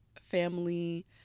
family